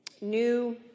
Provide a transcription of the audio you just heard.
new